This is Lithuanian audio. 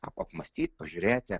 arba apmąstyt pažiūrėti